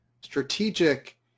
Strategic